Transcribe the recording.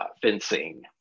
fencing